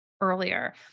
earlier